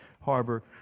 Harbor